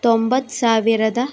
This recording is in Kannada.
ತೊಂಬತ್ತು ಸಾವಿರದ